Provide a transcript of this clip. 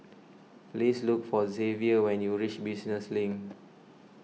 please look for Zavier when you reach Business Link